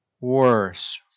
worse